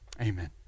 Amen